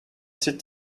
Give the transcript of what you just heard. sit